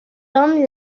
توم